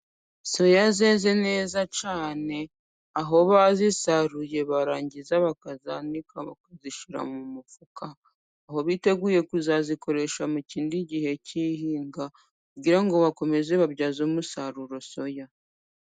Soya zeze neza cyane, aho bazisaruye barangiza bakazanika, bakazishyira mu mufuka, aho biteguye kuzazikoresha mu kindi gihe cy'ihinga kugira ngo bakomeze babyaze umusaruro soya.